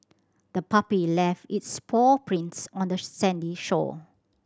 the puppy left its paw prints on the sandy shore